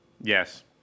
Yes